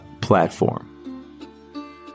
platform